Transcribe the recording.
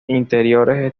interiores